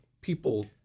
people